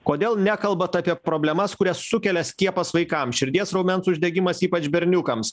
kodėl nekalbat apie problemas kurias sukelia skiepas vaikams širdies raumens uždegimas ypač berniukams